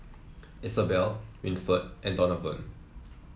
Isabel Winford and Donavon